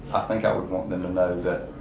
think i would want them to know that